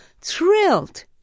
thrilled